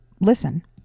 listen